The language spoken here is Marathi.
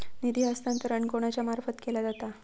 निधी हस्तांतरण कोणाच्या मार्फत केला जाता?